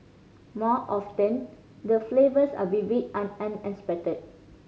more often the flavours are vivid and unexpected